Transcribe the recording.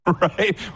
right